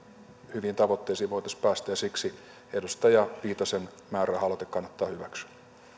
hyviin tavoitteisiin voitaisiin päästä ja siksi edustaja viitasen määräraha aloite kannattaa hyväksyä